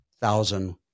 thousand